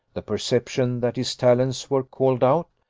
the perception that his talents were called out,